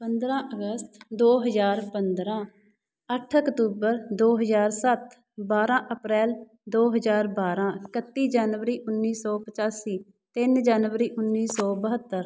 ਪੰਦਰ੍ਹਾਂ ਅਗਸਤ ਦੋ ਹਜ਼ਾਰ ਪੰਦਰ੍ਹਾਂ ਅੱਠ ਅਕਤੂਬਰ ਦੋ ਹਜ਼ਾਰ ਸੱਤ ਬਾਰ੍ਹਾਂ ਅਪ੍ਰੈਲ ਦੋ ਹਜ਼ਾਰ ਬਾਰ੍ਹਾਂ ਇਕੱਤੀ ਜਨਵਰੀ ਉੱਨੀ ਸੌ ਪਚਾਸੀ ਤਿੰਨ ਜਨਵਰੀ ਉੱਨੀ ਸੌ ਬਹੱਤਰ